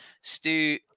Stu